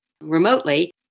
remotely